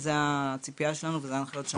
זו הציפייה שלנו, ואלו ההנחיות שלנו.